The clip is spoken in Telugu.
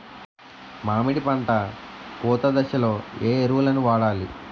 మామిడి పంట పూత దశలో ఏ ఎరువులను వాడాలి?